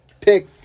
pick